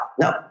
no